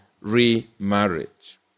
remarriage